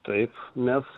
taip mes